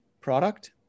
product